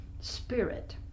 Spirit